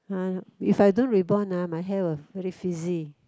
[huh] if I don't reborn ah my hair will very frizzy